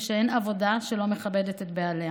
ושאין עבודה שלא מכבדת את בעליה.